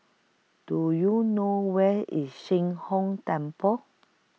Do YOU know Where IS Sheng Hong Temple